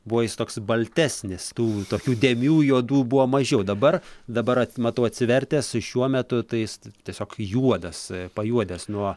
buvo jis toks baltesnis tų tokių dėmių juodų buvo mažiau dabar dabar at matau atsivertę su šiuo metu tai jis tiesiog juodas pajuodęs nuo